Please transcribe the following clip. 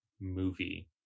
movie